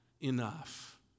enough